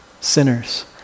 sinners